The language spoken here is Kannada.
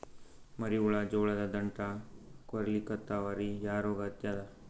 ಮರಿ ಹುಳ ಜೋಳದ ದಂಟ ಕೊರಿಲಿಕತ್ತಾವ ರೀ ಯಾ ರೋಗ ಹತ್ಯಾದ?